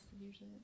usually